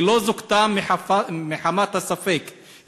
היא לא זוכתה מחמת הספק,